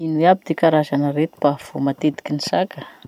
Ino iaby ty karazan'arety mpahavoa matetiky ny saka?